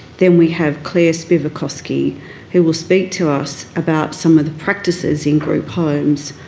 then we have claire spivakovsky who will speak to us about some of the practices in group homes,